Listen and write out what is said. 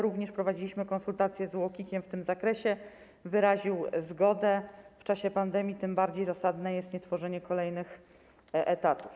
Również prowadziliśmy konsultacje z UOKiK-iem w tym zakresie, wyraził zgodę w czasie pandemii, tym bardziej zasadne jest nietworzenie kolejnych etatów.